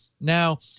Now